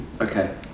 Okay